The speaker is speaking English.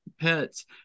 pets